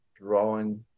drawing